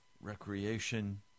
recreation